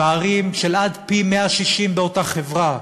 פערים של עד פי-160 באותה חברה.